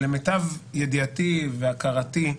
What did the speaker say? למיטב ידיעתי והיכרותי,